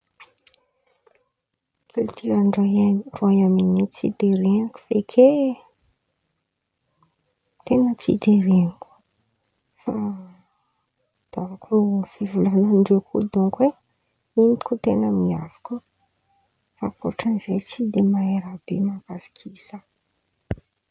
Kilitioran̈y Roaôny Roaiômy Iony tsy de ren̈iko feky e ten̈a tsy de ren̈iko fa dônko fivolan̈andreo fo dônko e, irô bôka ten̈a miavaka ankôtran̈y Zay tsy de mahay rabe makasika izy Zaho.